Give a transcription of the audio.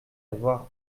avoir